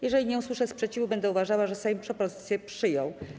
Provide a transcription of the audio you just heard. Jeżeli nie usłyszę sprzeciwu, będę uważała, że Sejm propozycję przyjął.